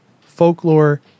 Folklore